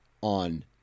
on